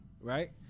right